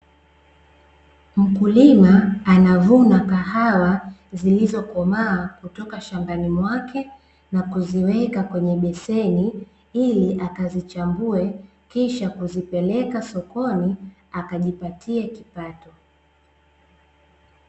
Mkulima anavuna kahawa zilizokomaa kutoka shambani mwake na kuziweka kwenye beseni, ili akazichambue, kisha kuzipeleka sokoni akajipatie kipato.